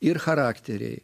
ir charakteriai